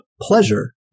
pleasure